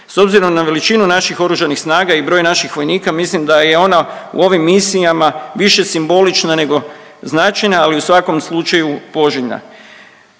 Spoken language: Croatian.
S obzirom na veličinu naših oružanih snaga i broj naših vojnika, mislim da je ona u ovim misijama više simbolična nego značajna ali u svakom slučaju poželjna